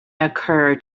occur